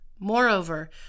Moreover